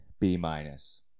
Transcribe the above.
B-minus